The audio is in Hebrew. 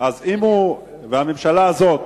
בעוד עשרה חודשים.